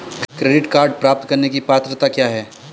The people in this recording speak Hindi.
क्रेडिट कार्ड प्राप्त करने की पात्रता क्या है?